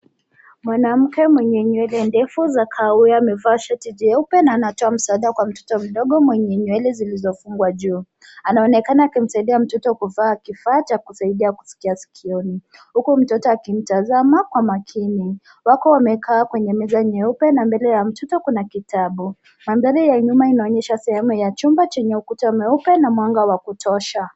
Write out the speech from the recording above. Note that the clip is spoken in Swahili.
Mwanamke mwenye nywele ndefu za kahawia amevaa shati jeupe na anatoa msaada kwa mtoto mdogo mwenye nywele zilizofungwa juu. Anaonekana akimsaidia mtoto kuvaa kifaa cha kusaidia kusikia sikioni huku mtoto akimtazama kwa makini . Wako wamekaa kwenye meza nyeupe na mbele ya mtoto kuna kitabu. Mandhari ya nyuma inaonyesha sehemu ya chumba chenye ukuta mweupe na mwanga wa kutosha.